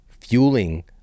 fueling